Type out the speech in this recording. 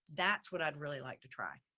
that's what i'd really like to try.